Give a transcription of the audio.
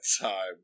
time